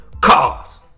cars